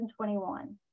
2021